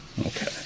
Okay